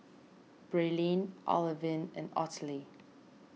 Braelyn Olivine and Ottilie